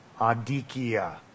adikia